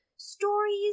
stories